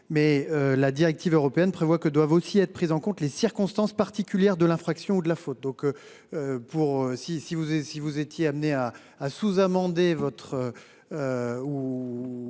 mais la directive européenne prévoit que doivent aussi être prises en compte les circonstances particulières de l'infraction ou de la photo que. Pour si si vous avez si vous étiez amené à à sous-amender votre.